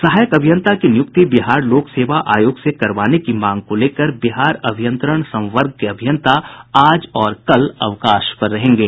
सहायक अभियंता की नियुक्ति बिहार लोक सेवा आयोग से करवाने की मांग को लेकर बिहार अभियंत्रण संवर्ग के अभियंता आज और कल अवकाश पर रहेंगे